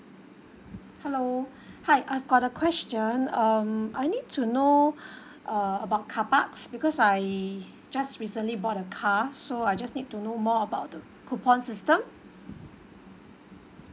hello hi I've got a question um I need to know uh about carparks because I just recently bought a car so I just need to know more about the coupon system